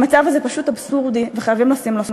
המצב הזה פשוט אבסורדי וחייבים לשים לו סוף.